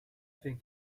think